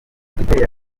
igiteye